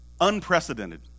unprecedented